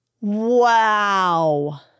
Wow